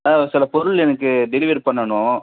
ஆ சில பொருள் எனக்கு டெலிவரி பண்ணனும்